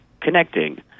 Connecting